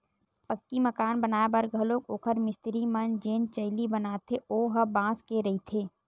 पक्की मकान बनाए बर घलोक ओखर मिस्तिरी मन जेन चइली बनाथे ओ ह बांस के रहिथे